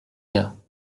gars